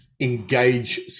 engage